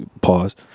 pause